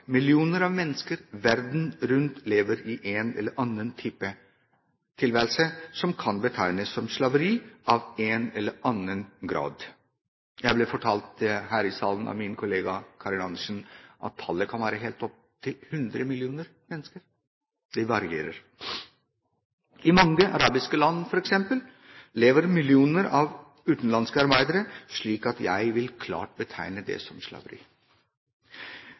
Millioner av mennesker verden rundt lever i en eller annen type tilværelse som kan betegnes som slaveri av en eller annen grad. Jeg ble fortalt her i salen av min kollega Karin Andersen at tallet kan være helt oppe i 100 millioner mennesker, det varierer. I mange arabiske land, f.eks., lever millioner av utenlandske arbeidere slik at jeg klart vil betegne dem som